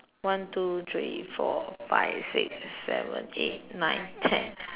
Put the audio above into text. one two three four five six seven eight nine ten